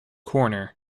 corner